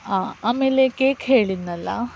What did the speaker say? ಹಾ ಆಮೇಲೆ ಕೇಕ್ ಹೇಳಿದ್ದೆನಲ್ಲ